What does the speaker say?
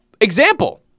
example